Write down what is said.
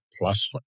Plus